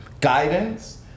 guidance